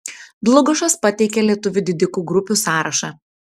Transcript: dlugošas pateikia lietuvių didikų grupių sąrašą